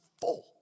full